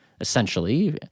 essentially